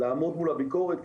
לעמוד מול הביקורת,